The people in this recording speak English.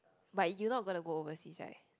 but you not gonna go overseas right